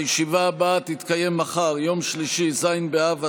הישיבה הבאה תתקיים מחר, יום שלישי, ז' באב התש"ף,